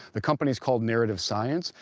the company is called narrative science.